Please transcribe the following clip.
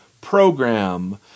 program